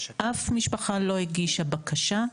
אף משפחה לא הגישה בקשה.